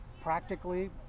practically